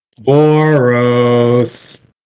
Boros